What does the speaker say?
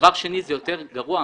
שהוא יותר גרוע,